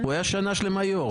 הוא היה שנה שלמה יושב-ראש.